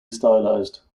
stylized